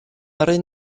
yrru